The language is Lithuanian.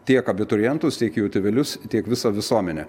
tiek abiturientus tiek jų tėvelius tiek visą visuomenę